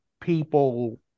people